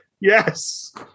Yes